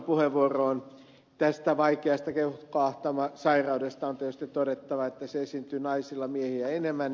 sihton puheenvuoroon vaikeasta keuhkoahtaumasairaudesta on tietysti todettava että se esiintyy naisilla miehiä enemmän